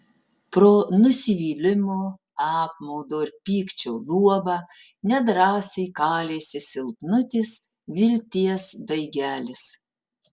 pro nusivylimo apmaudo ir pykčio luobą nedrąsiai kalėsi silpnutis vilties daigelis